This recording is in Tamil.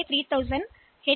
A 3000 H